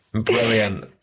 brilliant